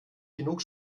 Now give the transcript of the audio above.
genug